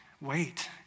wait